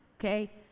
okay